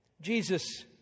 Jesus